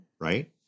Right